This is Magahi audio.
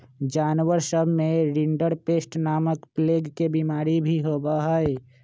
जानवर सब में रिंडरपेस्ट नामक प्लेग के बिमारी भी होबा हई